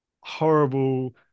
horrible